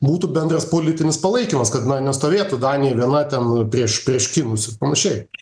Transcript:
būtų bendras politinis palaikymas kad na nestovėtų danija viena ten prieš prieš kinus ir panašiai